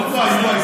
וואי וואי,